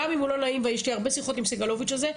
גם אם הוא לא נעים ויש לי הרבה שיחות עם סגלוביץ' על זה,